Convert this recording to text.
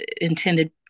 intended